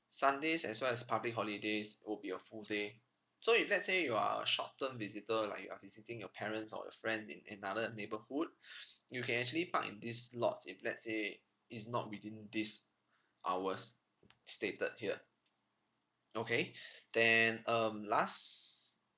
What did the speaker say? sundays as well as public holidays would be a full day so if let's say you are a short term visitor like you're visiting your parents or your friends in another neighbourhood you can actually park in these lots if let's say it's not between these hours stated here okay then um last